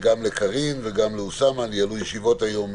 גם לקארין וגם לאוסאמה שניהלו ישיבות היום,